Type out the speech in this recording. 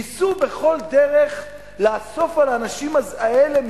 ניסו בכל דרך לאסוף מידע על האנשים האלה,